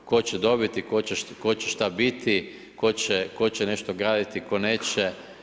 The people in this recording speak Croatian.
Tko će dobiti, tko će šta biti, tko će nešto graditi, tko neće.